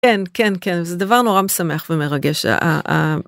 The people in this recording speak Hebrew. כן כן כן זה דבר נורא, משמח ומרגש.